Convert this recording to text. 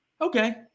okay